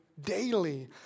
Daily